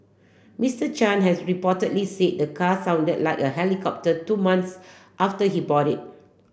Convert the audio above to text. Mister Chan has reportedly said the car sounded like a helicopter two months after he bought it